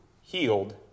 healed